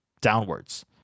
downwards